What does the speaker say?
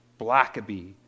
Blackaby